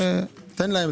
תן להם.